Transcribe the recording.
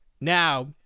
Now